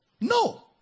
No